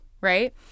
Right